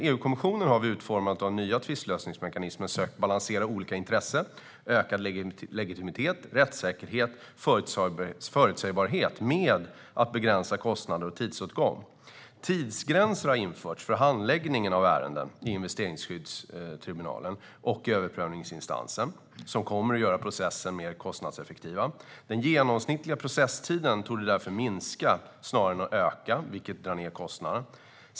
EU-kommissionen har vid utformandet av den nya tvistlösningsmekanismen försökt balansera olika intressen, ökad legitimitet, rättssäkerhet och förutsägbarhet med att begränsa kostnader och tidsåtgång. Tidsgränser har införts för handläggningen av ärenden i investeringsskyddstribunalen och överprövningsinstansen, och de kommer att göra processerna mer kostnadseffektiva. Den genomsnittliga processtiden torde därför minska snarare än öka, vilket drar ned kostnaderna.